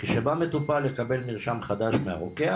כשבא מטופל לקבל מרשם חדש מהרוקח,